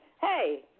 hey